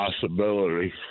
possibility